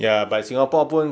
ya but singapore pun